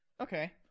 Okay